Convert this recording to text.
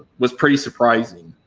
was pretty surprising.